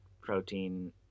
protein